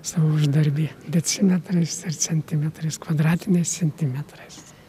savo uždarbį decimetrais ar centimetrais kvadratiniais centimetrais